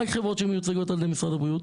רק חברות המאשרות על ידי משרד הבריאו.